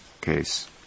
case